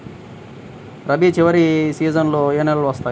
రబీ చివరి సీజన్లో ఏ నెలలు వస్తాయి?